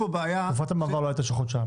תקופת המעבר לא הייתה של חודשיים,